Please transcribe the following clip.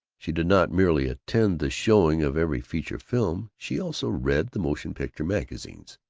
she did not merely attend the showing of every feature film she also read the motion-picture magazines,